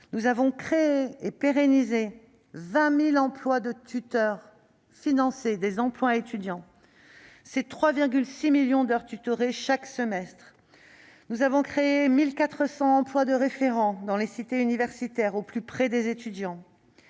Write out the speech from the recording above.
Nous avons créé et pérennisé 20 000 emplois de tuteurs et ainsi financé autant d'emplois étudiants, pour 3,6 millions d'heures tutorées chaque semestre. Nous avons créé 1 400 emplois de référents dans les cités universitaires, au plus près des étudiants.